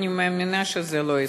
אני מאמינה שזה לא יקרה.